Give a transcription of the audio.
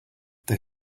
they